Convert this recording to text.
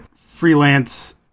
freelance